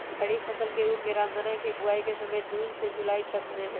खरीफ फसल के रूप में रामदनवा के बुवाई के समय जून से जुलाई तक में हई